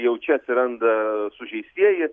jau čia atsiranda sužeistieji